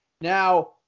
Now